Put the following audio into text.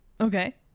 Okay